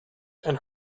and